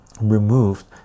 removed